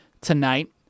tonight